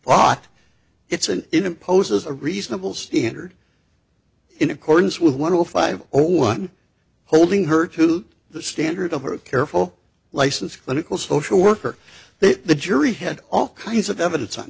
bought it's an imposes a reasonable standard in accordance with one of the five or one holding her to the standard of her careful license clinical social worker that the jury had all kinds of evidence on